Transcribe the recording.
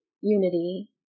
unity